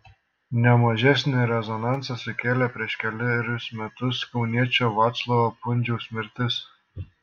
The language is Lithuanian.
ne mažesnį rezonansą sukėlė prieš kelerius metus kauniečio vaclovo pundziaus mirtis